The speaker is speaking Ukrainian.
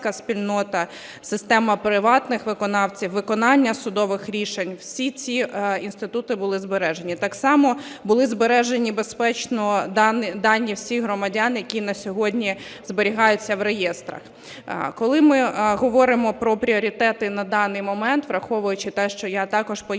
система приватних виконавців, виконання судових рішень – всі ці інститути були збережені. Так само були збережені безпечно дані всіх громадян, які на сьогодні зберігаються в реєстрах. Коли ми говоримо про пріоритети на даний момент, враховуючи те, що я також поєдную